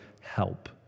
help